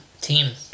team